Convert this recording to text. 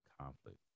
conflict